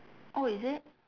oh is it